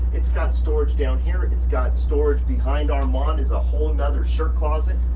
it's got storage down here, it's got storage behind armand is a whole another shirt closet.